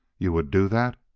you would do that?